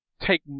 take